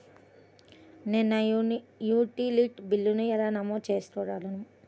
నేను నా యుటిలిటీ బిల్లులను ఎలా నమోదు చేసుకోగలను?